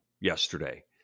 yesterday